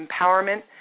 empowerment